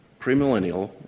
premillennial